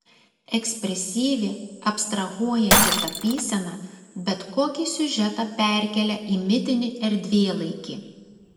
ekspresyvi abstrahuojanti tapysena bet kokį siužetą perkelia į mitinį erdvėlaikį